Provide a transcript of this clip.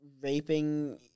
raping